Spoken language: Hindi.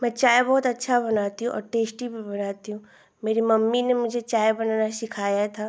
मैं चाय बहुत अच्छी बनाती हूँ और टेस्टी भी बनाती हूँ मेरी मम्मी ने मुझे चाय बनाना सिखाया था